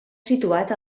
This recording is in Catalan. situat